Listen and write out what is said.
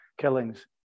killings